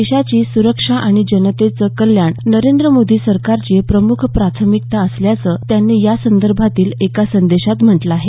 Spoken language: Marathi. देशाची सुरक्षा आणि जनतेचं कल्याण नरेंद्र मोदी सरकारची प्रमुख प्राथमिकता असल्याचं त्यांनी या संदर्भातील एका संदेशात म्हटलं आहे